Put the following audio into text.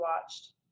watched